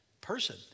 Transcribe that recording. person